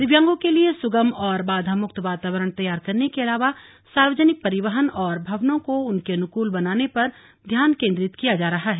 दिव्यांगों के लिए सुगम और बाधामुक्त वातावरण तैयार करने के अलावा सार्वजनिक परिवहन और भवनों को उनके अनुकूल बनाने पर ध्यान केंद्रित किया जा रहा है